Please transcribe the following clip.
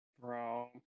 Bro